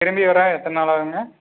திரும்பி வர எத்தனை நாள் ஆகும்ங்க